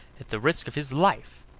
at the risk of his life,